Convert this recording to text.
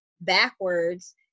backwards